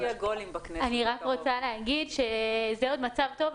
אני רק רוצה להגיד שזה עוד מצב טוב,